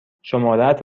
شمارهات